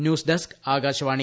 news desk Akashvani